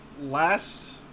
Last